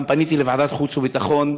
גם פניתי לוועדת החוץ והביטחון,